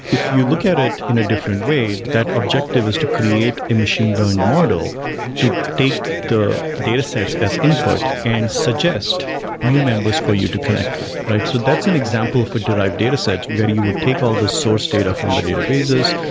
if you look at it in a different way, that objective is to create a machine learned model to take the datasets as input and suggest new members for you to connect with. so that's an example for derived datasets, where you would take all the source data from the databases.